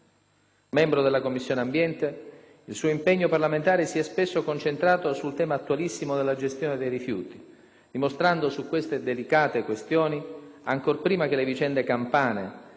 Membro della Commissione ambiente, il suo impegno parlamentare sì è spesso concentrato sul tema attualissimo della gestione dei rifiuti, dimostrando su queste delicate questioni, ancor prima che le vicende campane